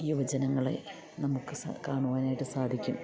യുവജനങ്ങളെ നമുക്ക് കാണുവാനായിട്ട് സാധിക്കും